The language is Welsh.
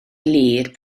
glir